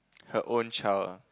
her own child ah